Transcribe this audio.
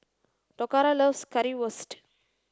Toccara loves Currywurst